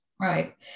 Right